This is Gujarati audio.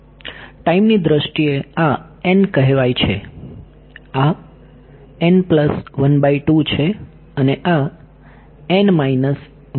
ટાઈમ ની દ્રષ્ટિએ આ કહે છે આ છે અને આ છે